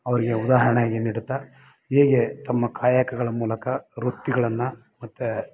ಅವರಿಗೆ ಉದಾಹರ್ಣೆಯಾಗಿ ನೀಡುತ್ತಾ ಹೇಗೆ ತಮ್ಮ ಕಾಯಕಗಳ ಮೂಲಕ ವೃತ್ತಿಗಳನ್ನ ಮತ್ತು